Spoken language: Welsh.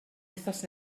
wythnos